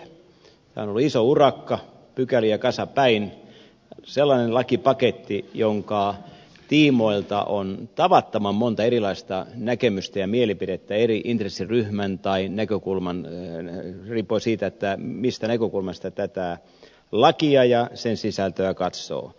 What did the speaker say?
tämä on ollut iso urakka pykäliä kasapäin sellainen lakipaketti jonka tiimoilta on tavattoman monta erilaista näkemystä ja mielipidettä eri intressiryhmistä riippuen tai siitä mistä näkökulmasta tätä lakia ja sen sisältöä katsoo